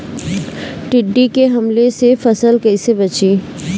टिड्डी के हमले से फसल कइसे बची?